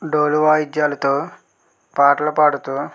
డోలు వాయిధ్యాలతో పాటలు పాడుతూ